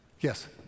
Yes